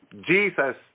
Jesus